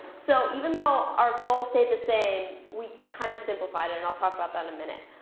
so even though our goal stayed the same, we kind of simplified it, and i'll talk about that in a minute.